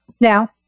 Now